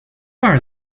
are